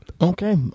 Okay